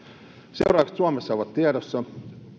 seuraukset suomessa ovat tiedossa mutta